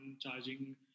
charging